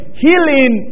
healing